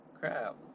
Crap